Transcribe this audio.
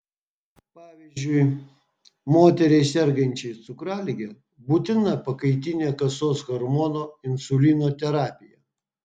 pavyzdžiui moteriai sergančiai cukralige būtina pakaitinė kasos hormono insulino terapija